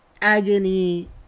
agony